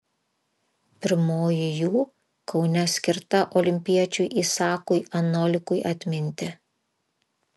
pirmoji jų kaune skirta olimpiečiui isakui anolikui atminti